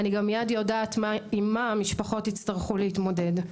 אני גם מיד יודעת עם מה המשפחות יצטרכו להתמודד.